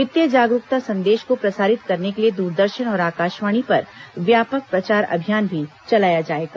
वित्तीय जागरूकता संदेश को प्रसारित करने के लिए दूरदर्शन और आकाशवाणी पर व्यापक प्रचार अभियान भी चलाया जाएगा